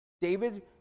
David